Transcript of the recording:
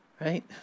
Right